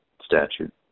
statute